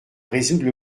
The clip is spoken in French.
résoudre